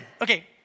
Okay